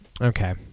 Okay